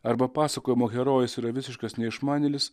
arba pasakojimo herojus yra visiškas neišmanėlis